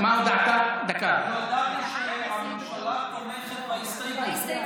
אני הודעתי שהממשלה תומכת בהסתייגות.